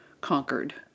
conquered